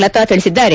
ಲತಾ ತಿಳಿಸಿದ್ದಾರೆ